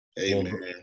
Amen